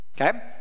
Okay